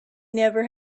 never